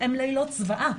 הם לילות זוועה,